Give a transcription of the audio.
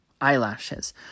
eyelashes